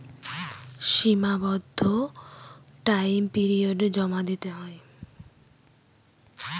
সীমাবদ্ধ টাইম পিরিয়ডে জমা দিতে হয়